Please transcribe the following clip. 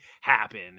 happen